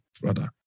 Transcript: brother